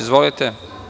Izvolite.